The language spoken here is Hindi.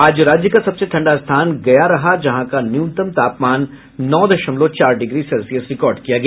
आज राज्य का सबसे ठंडा स्थान गया रहा जहां का न्यूनतम तापमान नौ दशमलव चार डिग्री सेल्सियस रिकार्ड किया गया